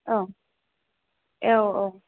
औ ए औ औ